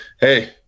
hey